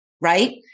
right